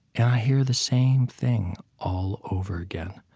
and i hear the same thing all over again.